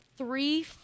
Three